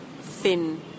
thin